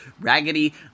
Raggedy